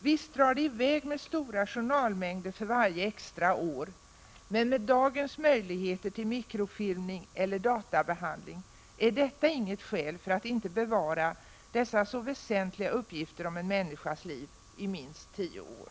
Visst drar varje extra år med sig stora journalmängder, men med dagens möjligheter till mikrofilmning eller databehandling är detta inget skäl för att inte bevara dessa så väsentliga uppgifter om en människas liv i minst tio år.